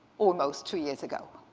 almost two years ago.